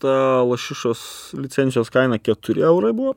ta lašišos licencijos kaina keturi eurai buvo